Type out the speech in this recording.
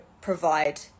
provide